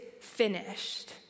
finished